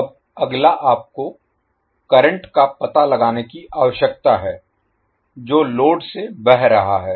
अब अगला आपको करंट का पता लगाने की आवश्यकता है जो लोड से बह रहा है